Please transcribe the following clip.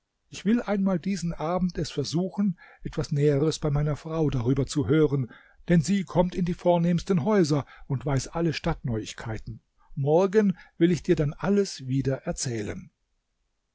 ich will einmal diesen abend es versuchen etwas näheres bei meiner frau darüber zu hören denn sie kommt in die vornehmsten häuser und weiß alle stadtneuigkeiten morgen will ich dir dann alles wieder erzählen